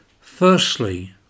Firstly